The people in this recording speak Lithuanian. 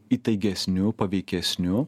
įtaigesniu paveikesniu